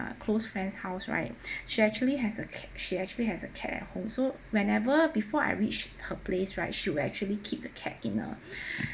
uh close friend's house right she actually has a ca~ she actually has a cat at home so whenever before I reach her place right she will actually keep the cat in a